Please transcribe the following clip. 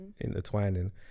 intertwining